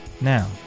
now